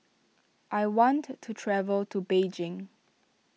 I want to travel to Beijing